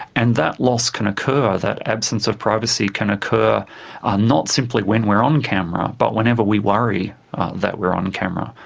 and that loss can occur, that absence of privacy can occur not simply when we're on camera, but whenever we worry that we're on camera.